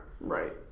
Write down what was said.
Right